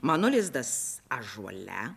mano lizdas ąžuole